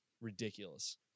ridiculous